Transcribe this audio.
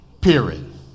period